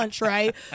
right